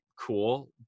cool